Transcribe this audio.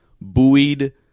buoyed